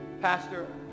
Pastor